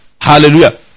hallelujah